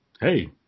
hey